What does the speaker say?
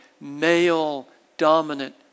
male-dominant